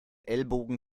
ellbogen